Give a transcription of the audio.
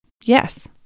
Yes